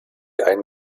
ein